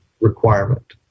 requirement